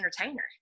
entertainer